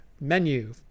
menu